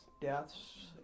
deaths